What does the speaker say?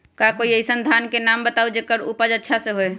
का कोई अइसन धान के नाम बताएब जेकर उपज अच्छा से होय?